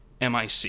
MIC